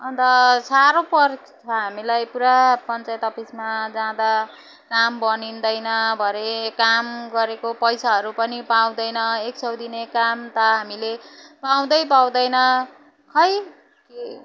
अन्त साह्रो पर्छ हामीलाई पुरा पञ्चायत अफिसमा जाँदा काम बनिँदैन भरे काम गरेको पैसाहरू पनि पाउँदैन एक सौ दिने काम त हामीले पाउँदै पाउँदैन खै के